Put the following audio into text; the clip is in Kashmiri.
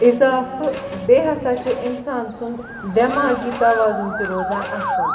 اِضافہٕ بیٚیہِ ہسا چھِ اِنسان سُنٛد دٮ۪ماغی توازُن تہِ روزان اصٕل